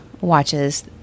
watches